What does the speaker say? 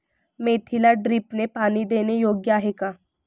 मेथीला ड्रिपने पाणी देणे योग्य आहे का?